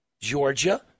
Georgia